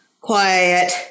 quiet